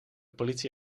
politie